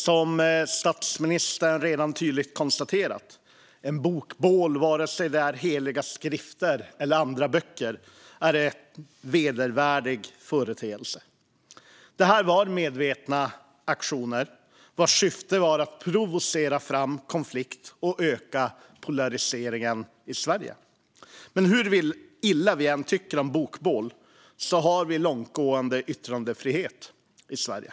Som statsministern redan tydligt har konstaterat är ett bokbål, vare sig det är heliga skrifter eller andra böcker, en vedervärdig företeelse. Det här var medvetna aktioner vars syfte var att provocera fram konflikt och öka polariseringen i Sverige. Men hur illa vi än tycker om bokbål har vi långtgående yttrandefrihet i Sverige.